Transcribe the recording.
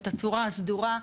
את הצורה הסדורה.